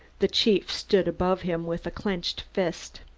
the chief stood above him with clenched fist.